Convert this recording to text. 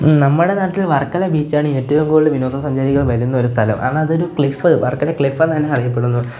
നമ്മുടെ നാട്ടില് വര്ക്കല ബീച്ചാണ് ഏറ്റവും കൂടുതൽ വിനോദസഞ്ചാരികൾ വരുന്ന ഒരു സ്ഥലം കാരണം അതൊരു ക്ലിഫ് വര്ക്കല ക്ലിഫെന്ന് തന്നെ അറിയപ്പെടുന്നു